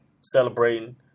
celebrating